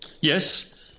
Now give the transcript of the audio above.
Yes